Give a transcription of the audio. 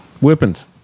Weapons